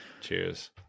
cheers